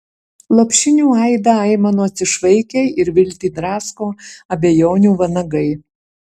lopšinių aidą aimanos išvaikė ir viltį drasko abejonių vanagai